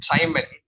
Simon